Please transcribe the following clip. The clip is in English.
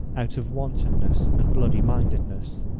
out of wantonness and bloody-mindedness!